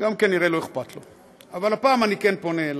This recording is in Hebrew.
גם כנראה לא אכפת לו, אבל הפעם אני כן פונה אליו,